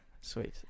sweet